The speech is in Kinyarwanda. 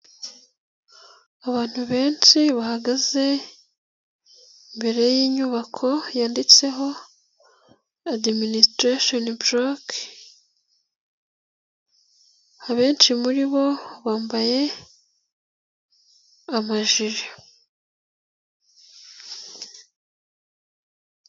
Abantu benshi bahagaze imbere y'inyubako yanditseho Administration Block. Abenshi muri bo bambaye amajire.